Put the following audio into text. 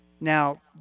Now